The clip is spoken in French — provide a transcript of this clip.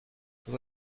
vous